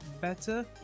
Better